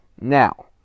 Now